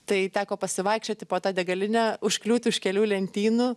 tai teko pasivaikščioti po tą degalinę užkliūti už kelių lentynų